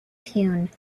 hewn